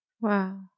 Wow